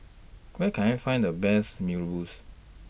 Where Can I Find The Best Mee Rebus